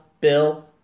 Bill